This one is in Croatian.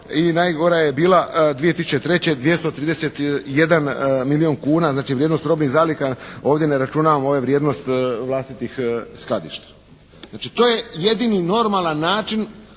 I najgora je bila 2003. 231 milijun kuna. Znači vrijednost robnih zaliha, ovdje ne računam ove vrijednost vlastitih skladišta. Znači to je jedini normalan način